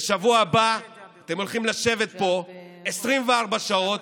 בשבוע הבא אתם הולכים לשבת פה 24 שעות,